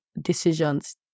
decisions